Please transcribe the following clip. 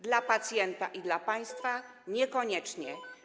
Dla pacjenta i państwa - niekoniecznie.